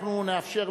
אנחנו נאפשר להם,